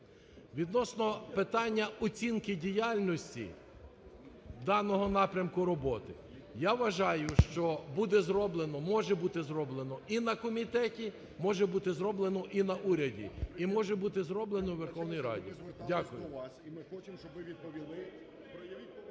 Відносно питання оцінки діяльності даного напрямку роботи, я вважаю, що буде зроблено, може бути зроблено і на комітеті, може бути зроблено і на уряді і може бути роблено у Верховній Раді. Дякую.